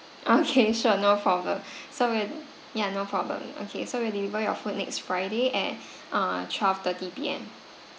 okay sure no problem so we'll ya no problem okay so we'll deliver your food next friday at uh twelve thirty P_M